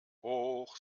hoch